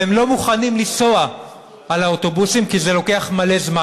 והם לא מוכנים לנסוע באוטובוסים כי זה לוקח מלא זמן.